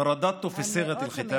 להלן תרגומם הסימולטני: אדוני היושב-ראש,